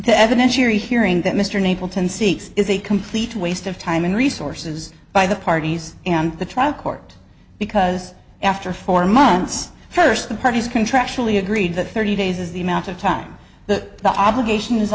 the evidence you're hearing that mr unable to and seeks is a complete waste of time and resources by the parties and the trial court because after four months first the parties contractually agreed that thirty days is the amount of time that the obligation is